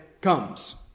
comes